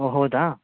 ಓ ಹೌದಾ